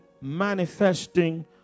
Manifesting